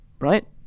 right